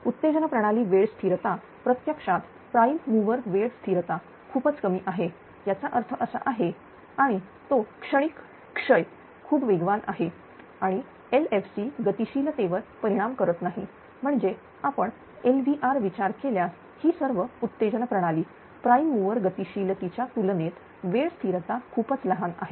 उत्तेजना प्रणाली वेळ स्थिरता प्रत्यक्षात प्राईम मुवर वेळ स्थिरता खूपच कमी आहे याचा अर्थ असा आहे आणि तो क्षणिक क्षय खूप वेगवान आहे आणि LFC गतिशीलते वर परिणाम करत नाही म्हणजे आपण LVR विचार केल्यास ही सर्व उत्तेजन प्रणाली प्राईम मुवर गतिशीलतेच्या तुलनेत वेळ स्थिरता खूपच लहान आहे